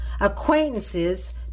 Acquaintances